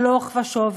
הלוך ושוב,